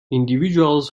individuals